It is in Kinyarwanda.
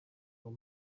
uwo